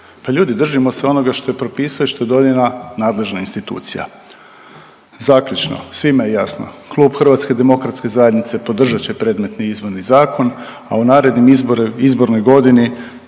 Pa ljudi, držimo se onoga što je propisano i što je donijela nadležna institucija. Zaključno svima je jasno. Klub Hrvatske demokratske zajednice podržat će predmetni Izborni zakon, a u narednoj izbornoj godini